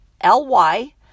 L-Y